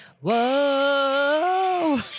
Whoa